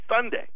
Sunday